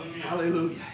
hallelujah